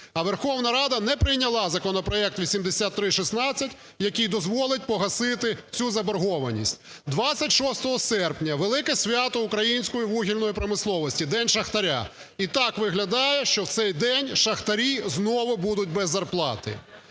а Верховна Рада не прийняла законопроект 8316, який дозволить погасити цю заборгованість. 26 серпня велике свято української вугільної промисловості – День шахтаря. І так виглядає, що в цей день шахтарі знову будуть без зарплати.